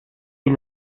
sie